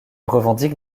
revendique